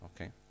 okay